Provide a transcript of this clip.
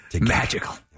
Magical